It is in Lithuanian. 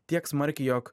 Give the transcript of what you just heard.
tiek smarkiai jog